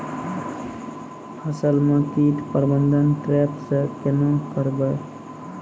फसल म कीट प्रबंधन ट्रेप से केना करबै?